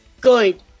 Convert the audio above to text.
good